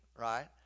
right